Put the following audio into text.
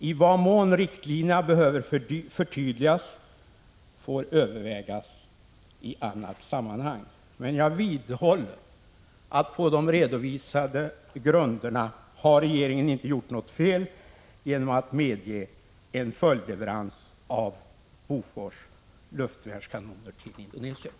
I vad mån riktlinjerna behöver förtydligas får övervägas i annat sammanhang, men jag vidhåller att regeringen på de redovisade grunderna inte har gjort något fel genom att medge en följdleverans av Bofors luftvärnskanoner till Indonesien.